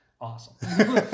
Awesome